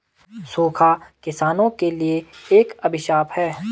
सूखा किसानों के लिए एक अभिशाप है